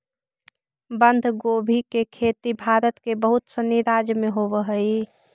बंधगोभी के खेती भारत के बहुत सनी राज्य में होवऽ हइ